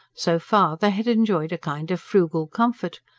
so far, they had enjoyed a kind of frugal comfort.